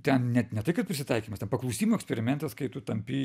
ten net ne tai kad prisitaikymas ten paklusimo eksperimentas kai tu tampi